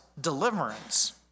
deliverance